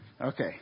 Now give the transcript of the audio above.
Okay